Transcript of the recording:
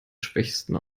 schwächsten